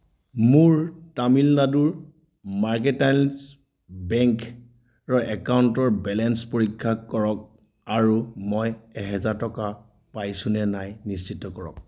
মোৰ তামিলনাডুৰ মাৰ্কেণ্টাইল বেংকৰ একাউণ্টৰ বেলেঞ্চ পৰীক্ষা কৰক আৰু মই এহেজাৰ টকা পাইছোঁ নে নাই নিশ্চিত কৰক